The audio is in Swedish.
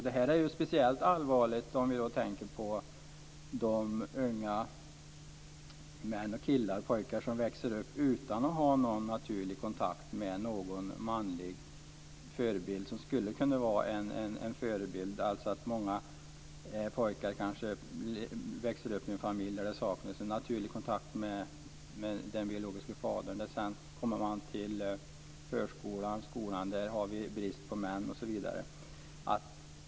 Detta är speciellt allvarligt om vi tänker på de unga män, killar och pojkar som växer upp utan att ha någon naturlig kontakt med någon manlig förebild. Många pojkar växer upp i en familj där det saknas naturlig kontakt med den biologiske fadern. I förskolan och i skolan är det brist på män, osv.